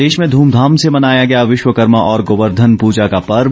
प्रदेश में धूमधाम से मनाया गया विश्वकर्मा और गोवर्धन पूजा का पर्व